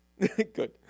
Good